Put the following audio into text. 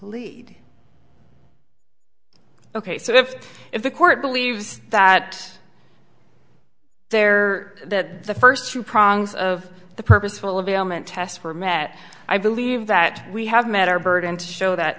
plead ok so if if the court believes that there that the first two prongs of the purposeful of ailment tests were met i believe that we have met our burden to show that